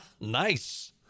Nice